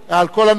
על כל הנוכחים,